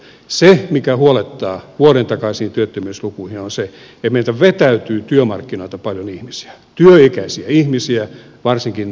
se mikä huolettaa vuoden takaisiin työttömyyslukuihin verrattuna on se että meiltä vetäytyy työmarkkinoilta paljon ihmisiä työikäisiä ihmisiä varsinkin naisia